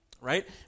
right